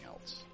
else